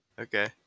Okay